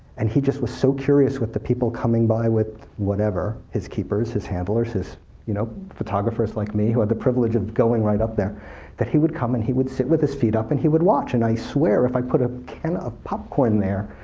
and he just was so curious with the people coming by with whatever his keepers, his handlers, his you know photographers like me, who had the privilege of going right up there that he would come and he would sit with his feet up, and he would watch. and i swear, if i put a can of popcorn there,